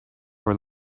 for